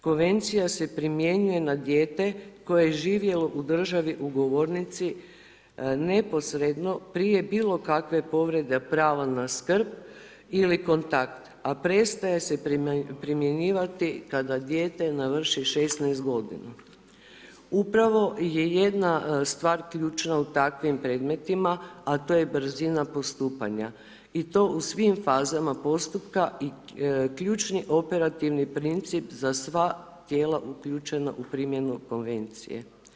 Konvencija se primjenjuje na dijete koje je živjelo u državi ugovornici neposredno prije bilokakve povrede prava na skrb ili kontakt a prestaje se primjenjivati kada dijete navrši 16 g. Upravo je jedna stvar ključna u takvim predmetima a to je brzina postupanja i to u svim fazama postupka i ključni operativni princip za sva tijela uključena u primjenu Konvencije.